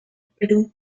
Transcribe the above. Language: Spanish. perú